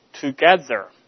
together